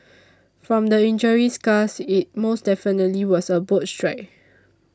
from the injury scars it most definitely was a boat strike